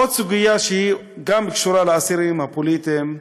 עוד סוגיה, שהיא גם קשורה לאסירים הפוליטיים,